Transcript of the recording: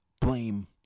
blame